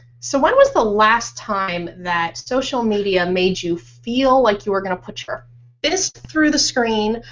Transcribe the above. so what was the last time that social media made you feel like you were going to put your fist through the screen.